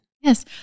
Yes